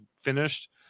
finished